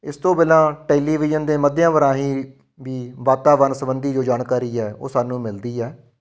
ਇਸ ਤੋਂ ਬਿਨਾਂ ਟੈਲੀਵਿਜ਼ਨ ਦੇ ਮੱਧਿਅਮ ਰਾਹੀਂ ਵੀ ਵਾਤਾਵਰਨ ਸੰਬੰਧੀ ਜੋ ਜਾਣਕਾਰੀ ਹੈ ਉਹ ਸਾਨੂੰ ਮਿਲਦੀ ਹੈ